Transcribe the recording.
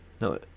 No